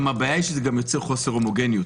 הבעיה היא שזה גם יוצר חוסר הומוגניות,